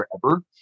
forever